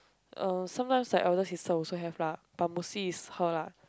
uh sometimes her elder sister also have lah but mostly is her lah